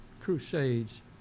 crusades